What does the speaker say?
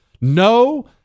No